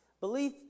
Belief